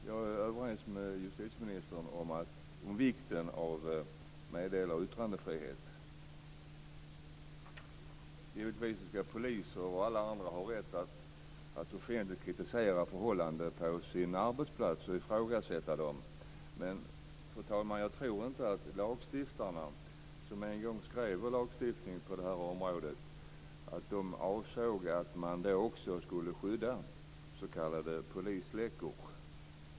Fru talman! Jag är överens med justitieministern om vikten av meddelar och yttrandefrihet. Givetvis ska poliser och alla andra ha rätt att offentligt kritisera förhållanden på sin arbetsplats och ifrågasätta dem. Men, fru talman, jag tror inte att lagstiftarna som en gång skrev våra lagar på det här området avsåg att man också skulle skydda s.k. polisläckor.